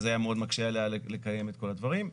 זה היה מאוד מקשה עליה לקיים את כל הדברים.